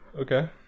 Okay